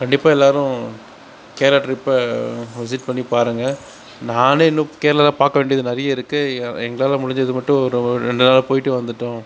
கண்டிப்பாக எல்லாரும் கேரளா ட்ரிப்பை விசிட் பண்ணிப் பாருங்க நானே இன்னும் கேரளாவில் பார்க்க வேண்டியது நிறைய இருக்குது எ எங்களால் முடிஞ்சதை மட்டும் ஒரு ஓ ரெண்டு நாள் போயிட்டு வந்துவிட்டோம்